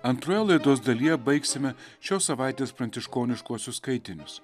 antroje laidos dalyje baigsime šios savaitės pranciškoniškosius skaitinius